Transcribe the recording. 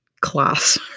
class